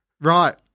right